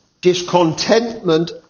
discontentment